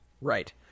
Right